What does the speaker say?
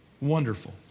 wonderful